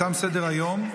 תם סדר-היום.